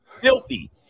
Filthy